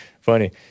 funny